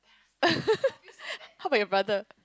how about your brother